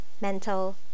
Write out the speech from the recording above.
mental